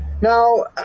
Now